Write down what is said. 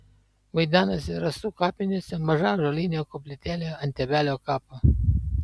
vaidenasi rasų kapinėse maža ąžuolinė koplytėlė ant tėvelio kapo